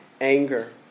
anger